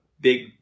big